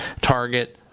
Target